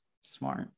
smart